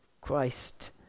Christ